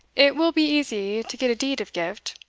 it will be easy to get a deed of gift,